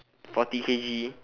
forty k_g